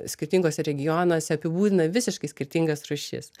skirtinguose regionuose apibūdina visiškai skirtingas rūšis